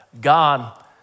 God